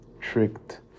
tricked